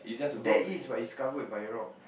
there is but it's covered by a rock